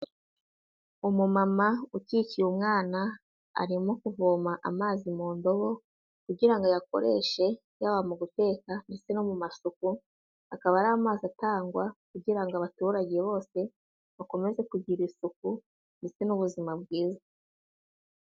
Umumama ukikiye umwana arimo kuvoma amazi mu ndobo kugira ngo ayakoreshe, yaba mu guteka ndetse no mu masuku, akaba ari amazi atangwa kugira ngo abaturage bose bakomeze kugira isuku ndetse n'ubuzima bwiza.